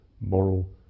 moral